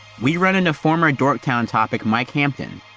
we run into a former dork town topic, mike hampton.